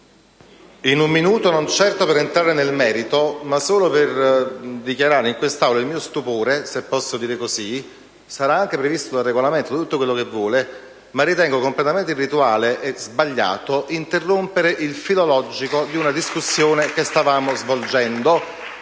non intervengo per entrare nel merito, ma solo per dichiarare in quest'Aula il mio stupore, se così posso dire. Sarà anche previsto dal Regolamento, ma ritengo completamente irrituale e sbagliato interrompere il filo logico di una discussione che stavamo svolgendo.